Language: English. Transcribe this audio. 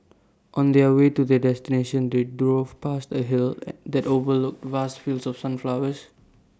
on their way to their destination they drove past A hill that overlooked vast fields of sunflowers